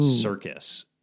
circus